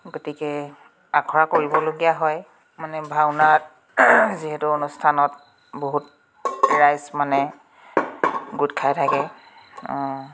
গতিকে আখৰা কৰিবলগীয়া হয় মানে ভাওনাত যিহেতু অনুষ্ঠানত বহুত ৰাইজ মানে গোট খাই থাকে অঁ